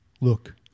Look